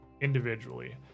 individually